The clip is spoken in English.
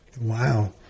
Wow